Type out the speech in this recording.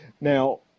Now